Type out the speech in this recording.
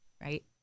right